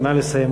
נא לסיים,